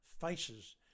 faces